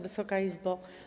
Wysoka Izbo!